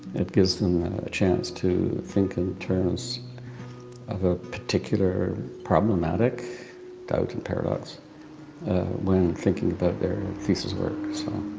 it gives them the chance to think in terms of a particular problematic doubt and paradox when thinking about their thesis work. so,